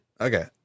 okay